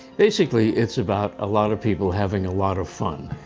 basically it's about a lot of people having a lot of fun.